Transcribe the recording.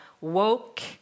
woke